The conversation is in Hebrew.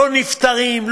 לא נפטרים,